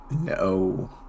no